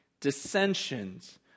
dissensions